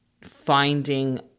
finding